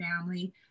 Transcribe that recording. family